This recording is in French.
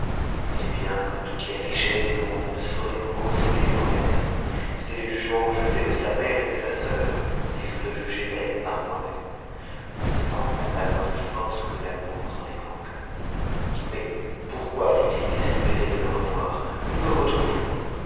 je sais bien que toutes les richesses du monde ne sauraient vous consoler sans ganem c'est le jugement que je fais de sa mère et de sa sœur si je dois juger d'elles par moi-même le sang n'a pas moins de force que l'amour dans les grands cœurs mais pourquoi faut-il désespérer de le revoir nous le